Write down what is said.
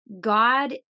God